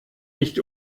nicht